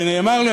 ונאמר לי,